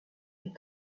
est